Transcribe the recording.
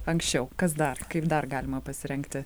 anksčiau kas dar kaip dar galima pasirengti